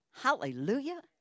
Hallelujah